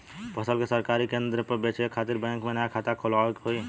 फसल के सरकारी केंद्र पर बेचय खातिर का बैंक में नया खाता खोलवावे के होई?